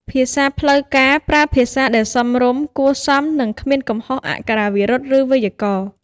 ភាសាផ្លូវការ ប្រើភាសាដែលសមរម្យ គួរសម និងគ្មានកំហុសអក្ខរាវិរុទ្ធ ឬវេយ្យាករណ៍។